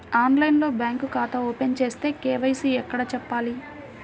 ఆన్లైన్లో బ్యాంకు ఖాతా ఓపెన్ చేస్తే, కే.వై.సి ఎక్కడ చెప్పాలి?